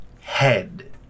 head